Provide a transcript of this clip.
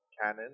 canon